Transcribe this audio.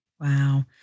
Wow